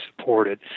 supported